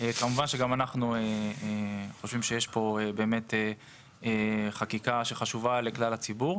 כמובן שגם אנחנו חושבים שיש פה חקיקה שחשובה לכלל הציבור,